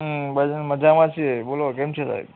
હં બસ મજામાં છીએ બોલો કેમ છો સાહેબ